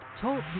Talk